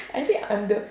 I think I'm the